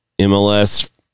MLS